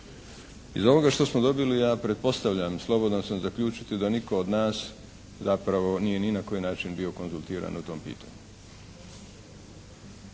Iz ovoga što smo dobili ja pretpostavljam, slobodan sam zaključiti da nitko od nas zapravo nije ni na koji način bio konzultiran o tom pitanju.